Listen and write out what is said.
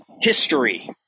history